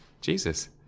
Jesus